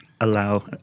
allow